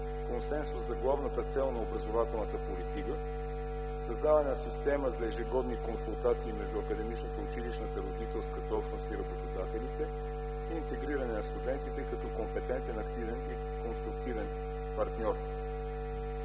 консенсус, който е главната цел на образователната политика, създаване на система за ежегодни консултации между академичната, училищната, родителска общност и работодателите и интегриране на студентите като компетентен, активен и конструктивен партньор.